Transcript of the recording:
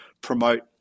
promote